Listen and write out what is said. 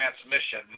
transmission